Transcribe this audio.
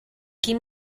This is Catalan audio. quin